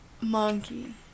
Monkey